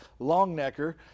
Longnecker